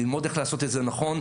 ללמוד איך לעשות את זה נכון,